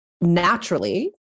Naturally